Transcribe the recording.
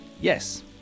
Yes